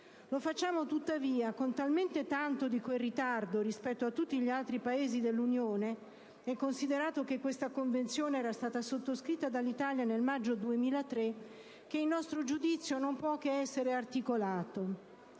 Lo facciamo tuttavia con tanto ritardo rispetto a tutti gli altri Paesi dell'Unione; inoltre, considerando che questa Convenzione era stata sottoscritta dall'Italia nel maggio 2003, il nostro giudizio non può che essere articolato.